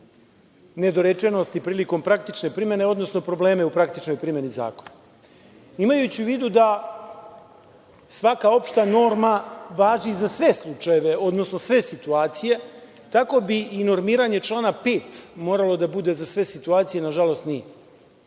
nedorečenosti prilikom praktične primene, odnosno probleme u praktičnoj primeni zakona. Imajući u vidu da svaka opšta norma važi za sve slučajeve, odnosno sve situacije, tako bi i normiranje člana 5. moralo da bude za sve situacije, a nažalost nije.